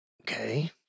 Okay